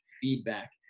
feedback